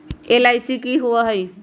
LIC की होअ हई?